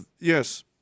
yes